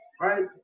right